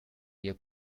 you